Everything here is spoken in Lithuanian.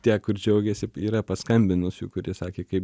tie kur džiaugėsi yra paskambinusių kurie sakė kaip